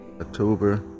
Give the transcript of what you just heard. October